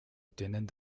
obtienen